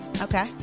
okay